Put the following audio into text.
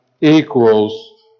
equals